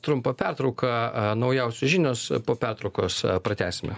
trumpą pertrauką naujausios žinios po pertraukos pratęsime